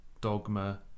Dogma